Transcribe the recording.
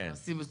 כן.